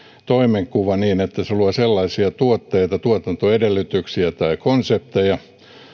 toimenkuva niin että se luo sellaisia tuotteita tuotantoedellytyksiä tai konsepteja